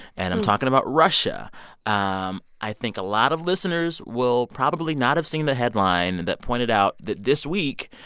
and i'm talking about russia um i think a lot of listeners will probably not have seen the headline that pointed out that this week,